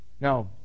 Now